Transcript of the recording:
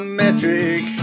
metric